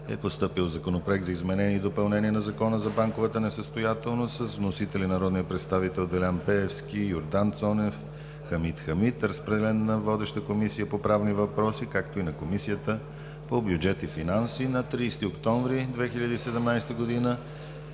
е постъпил Законопроект за изменение и допълнение на Закона за банковата несъстоятелност с вносители народните представители Делян Пеевски, Йордан Цонев и Хамид Хамид. Разпределен е на Комисията по правни въпроси, както и на Комисията по бюджет и финанси. На 30 октомври 2017 г.